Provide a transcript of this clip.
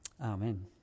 Amen